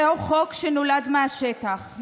זהו חוק שנולד מהשטח,